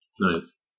Nice